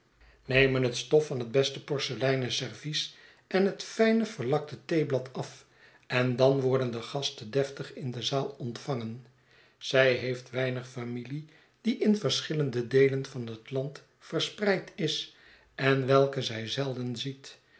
het s schetsen van boz beste porceleinen servies en het fijne verlakte theeblad af en dan worden de gasten deftig in de zaal ontvangen zij heeft weinig familie die in verschillende deelen van het land verspreid is en welke zij zelden ziet